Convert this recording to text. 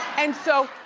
and so,